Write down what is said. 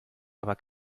aber